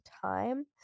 time